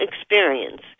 experience